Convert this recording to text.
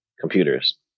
computers